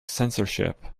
censorship